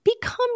become